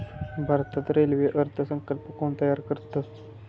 भारतात रेल्वे अर्थ संकल्प कोण तयार करतं?